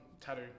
tattoo